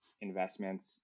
investments